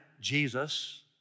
Jesus